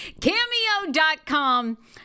Cameo.com